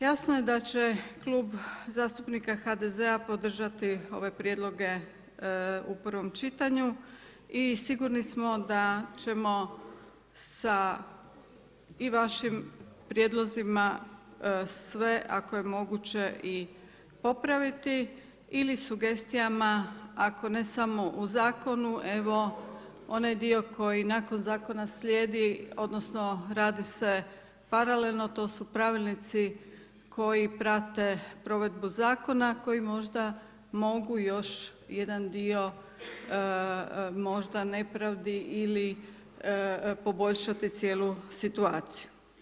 Jasno je da će Klub zastupnika HDZ-a, podržati ove prijedloge u prvom čitanju i sigurni smo da ćemo i sa vašim prijedlozima sve ako je moguće i popraviti ili sugestijama, ako ne samo u zakonu, evo onaj dio koji nakon zakona slijedi odnosno, radi se paralelno, to su pravilnici, koji prate provedbu zakona, koji možda još jedan dio, možda nepravdi ili poboljšati cijelu situaciju.